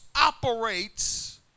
operates